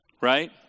Right